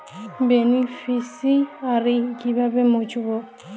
Beneficiary কিভাবে মুছব?